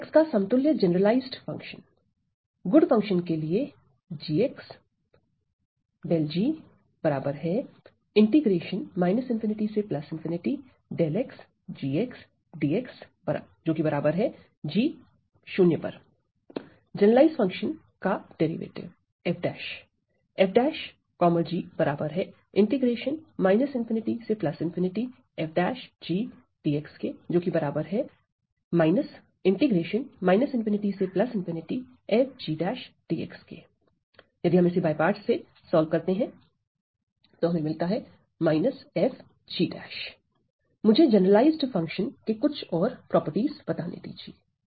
𝜹 का समतुल्य generalize function good function के लिए जनरलाइज्ड फंक्शन का डेरिवेटिव f ′ मुझे जनरलाइज्ड फंक्शन के कुछ और प्रगुण बताने दीजिए